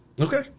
Okay